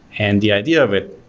and the idea of it,